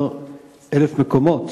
שמכיל 15,000 מקומות.